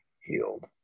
healed